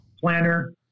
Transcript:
planner